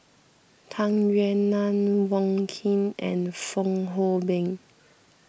Tung Yue Nang Wong Keen and Fong Hoe Beng